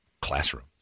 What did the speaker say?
classroom